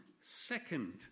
second